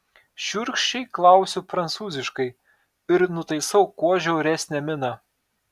šiurkščiai klausiu prancūziškai ir nutaisau kuo žiauresnę miną